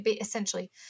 essentially